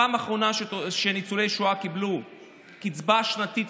הפעם האחרונה שניצולי שואה קיבלו קצבה שנתית,